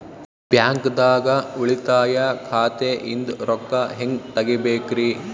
ಬ್ಯಾಂಕ್ದಾಗ ಉಳಿತಾಯ ಖಾತೆ ಇಂದ್ ರೊಕ್ಕ ಹೆಂಗ್ ತಗಿಬೇಕ್ರಿ?